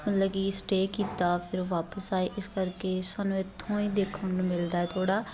ਮਤਲਬ ਕਿ ਸਟੇਅ ਕੀਤਾ ਫਿਰ ਉਹ ਵਾਪਸ ਆਏ ਇਸ ਕਰਕੇ ਸਾਨੂੰ ਇੱਥੋਂ ਹੀ ਦੇਖਣ ਨੂੰ ਮਿਲਦਾ ਥੋੜ੍ਹਾ